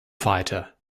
fighter